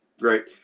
great